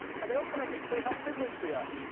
but they also make it clear how privileged we are,